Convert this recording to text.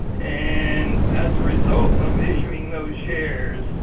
and as a result of issuing those shares,